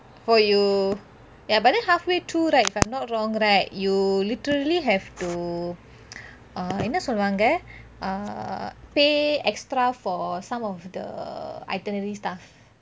for you ya but then halfway through right if I'm not wrong right you literally have to uh என்ன சொல்வாங்க:enna solvaangeh uh pay extra for some of the itinerary stuff